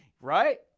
Right